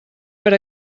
per